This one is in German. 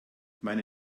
meine